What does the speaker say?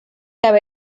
cabe